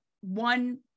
one